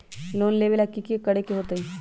Loan लेबे ला की कि करे के होतई?